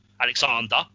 Alexander